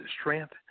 strength